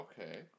Okay